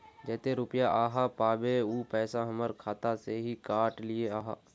जयते रुपया आहाँ पाबे है उ पैसा हमर खाता से हि काट लिये आहाँ?